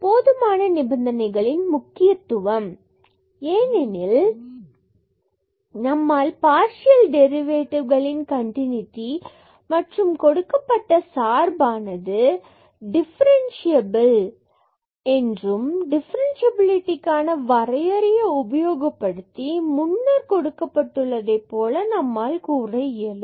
போதுமான நிபந்தனைகளின் முக்கியத்துவம் ஏனெனில் நம்மால் பார்சியல் டெரிவேட்டிவ் கண்டினூட்டி மற்றும் பின்பு நம்மால் கொடுக்கப்பட்ட சார்பானது டிஃபரன்ஸ்சியபில் என்றும் டிஃபரன்ஸ்சியபிலிடிக்கான வரையறையை உபயோகப்படுத்தி முன்னர் கொடுக்கப்பட்டுள்ளதை போல நம்மால் கூற இயலும்